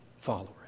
followers